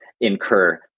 incur